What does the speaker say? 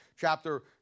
Chapter